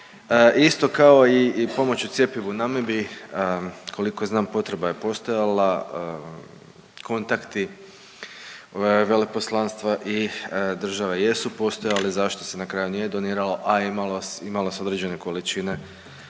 Isto kao i pomoć u cjepivu Namibiji, koliko znam potreba je postojala, kontakti veleposlanstva i države jesu postojali. Zašto se na kraju nije doniralo, a imalo se određene količini